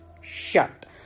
shut